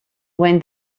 when